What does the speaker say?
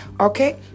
Okay